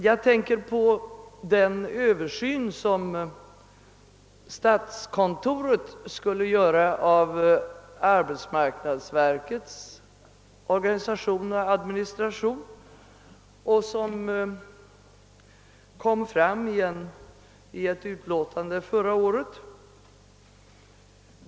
Jag tänker på den översyn som statskontoret skulle göra av arbetsmarknadsverkets organisation och administration och som det redogjordes för i ett utlåtande förra året.